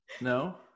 No